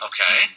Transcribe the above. Okay